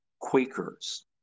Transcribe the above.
Quakers